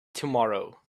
tomorrow